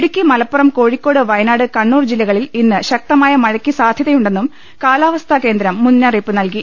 ഇടുക്കി മലപ്പുറം കോഴിക്കോട് വയനാട് കണ്ണൂർ ജില്ലക ളിൽ ഇന്ന് ശക്തമായ മഴക്ക് സാധൃതയുണ്ടെന്നും കാലാവസ്ഥാ കേന്ദ്രം മുന്നറിയിപ്പ് നൽകി